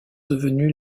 devenue